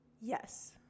Yes